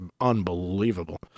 unbelievable